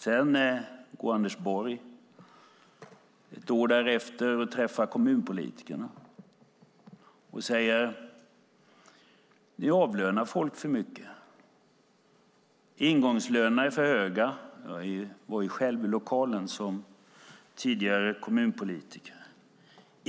Sedan träffar Anders Borg ett år därefter kommunpolitikerna och säger: Ni avlönar folk för mycket. Ingångslönerna är för höga. Jag var själv i lokalen, som tidigare kommunpolitiker.